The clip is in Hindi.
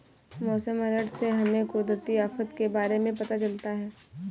मौसम अलर्ट से हमें कुदरती आफत के बारे में पता चलता है